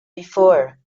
before